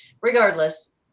regardless